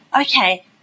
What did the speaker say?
okay